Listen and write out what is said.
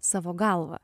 savo galva